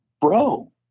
bro